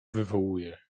wywołuje